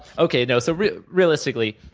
okay, no, so realistically,